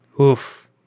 Oof